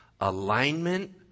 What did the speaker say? Alignment